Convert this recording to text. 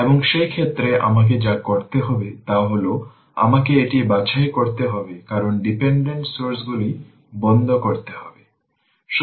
এবং সেই ক্ষেত্রে আমাকে যা করতে হবে তা হল আমাকে এটি বাছাই করতে হবে কারণ ডিপেন্ডেন্ট সোর্সগুলি বন্ধ করতে হবে